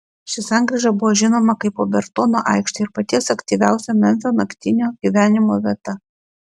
ši sankryža buvo žinoma kaip obertono aikštė ir paties aktyviausio memfio naktinio gyvenimo vieta